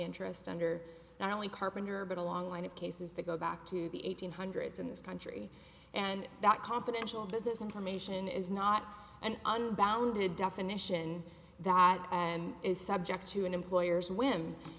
interest under not only carpenter but a long line of cases that go back to the eighteen hundreds in this country and that confidential business information is not an unbounded definition that is subject to an employer's w